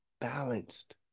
balanced